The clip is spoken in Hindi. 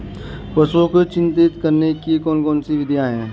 पशुओं को चिन्हित करने की कौन कौन सी विधियां हैं?